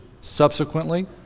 Subsequently